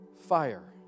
fire